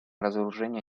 разоружение